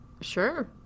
Sure